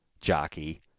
jockey